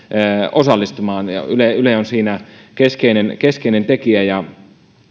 osallistumaan julkisen sanan neuvostoon yle on siinä keskeinen keskeinen tekijä ja